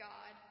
God